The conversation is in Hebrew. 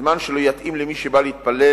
לפרק זמן שלא יתאים למי שבא להתפלל